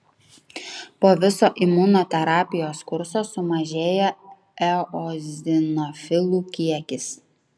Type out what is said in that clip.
po viso imunoterapijos kurso sumažėja eozinofilų kiekis